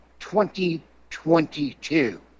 2022